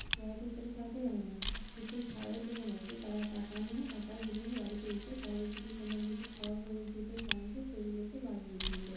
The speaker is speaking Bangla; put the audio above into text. সবাই তো আর সেটা সারাতে জানে না তো সেই সারাইয়ের দোকান আছে সে তারা টাকা নিয়ে টাকার বিনিময়ে বাড়িতে এসে কারোর যদি কোনো কিছু খারাপ হয়ে গিয়ে থাকে কারেন্টের সেগুলো এসে বাগিয়ে দিয়ে যায়